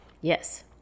Yes